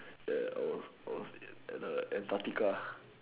eh I was I was in Antarctica